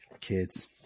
Kids